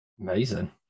Amazing